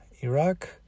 Iraq